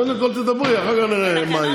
קודם כול תדברי, ואחר כך נראה מה יהיה.